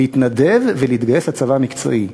להתנדב ולהתגייס לצבא המקצועי.